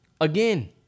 again